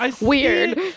weird